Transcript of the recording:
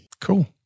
Cool